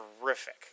terrific